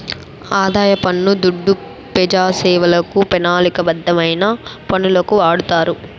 ఆదాయ పన్ను దుడ్డు పెజాసేవలకు, పెనాలిక బద్ధమైన పనులకు వాడతారు